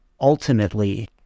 ultimately